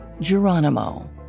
Geronimo